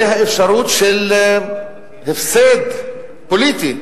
זה האפשרות של הפסד פוליטי,